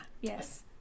Yes